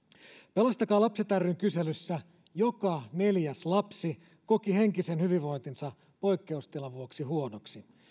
pelastakaa lapset ryn kyselyssä joka neljäs lapsi koki henkisen hyvinvointinsa poikkeustilan vuoksi huonoksi